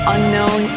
Unknown